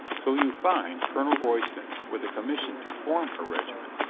so you find colonel royston with a commission to form a regiment,